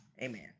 amen